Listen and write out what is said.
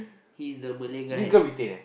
he's the Malay guy